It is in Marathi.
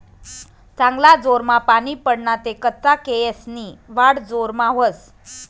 चांगला जोरमा पानी पडना ते कच्चा केयेसनी वाढ जोरमा व्हस